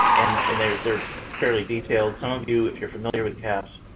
and and they're they're fairly detailed. some of you, if you're familiar with cahps